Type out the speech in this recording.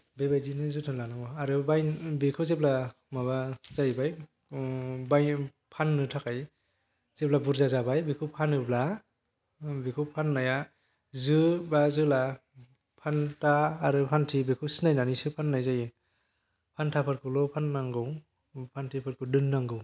बेबायदिनो जोथोन लानांगौ आरो बेखौ जेब्ला माबा जाहैबाय बाय फाननो थाखाय जेब्ला बुरजा जाबाय बेखौ फानोब्ला बेखौ फाननाया जो बा जोला फान्था आरो फान्थि बेखौ सिनायनानैसो फाननाय जायो फान्थाफोरखौल' फाननांगौ फान्थिफोरखौ दोननांगौ